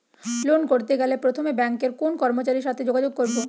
Loan করতে গেলে প্রথমে ব্যাঙ্কের কোন কর্মচারীর সাথে যোগাযোগ করব?